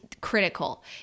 critical